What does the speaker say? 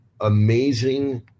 amazing